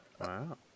Wow